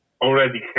already